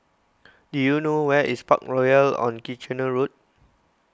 do you know where is Parkroyal on Kitchener Road